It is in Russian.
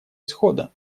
исхода